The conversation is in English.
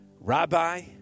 Rabbi